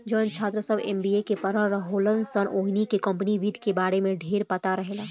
जवन छात्र सभ एम.बी.ए के पढ़ल होलन सन ओहनी के कम्पनी वित्त के बारे में ढेरपता रहेला